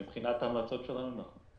מבחינת ההמלצות שלנו, נכון.